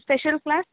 special class